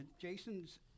jason's